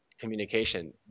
communication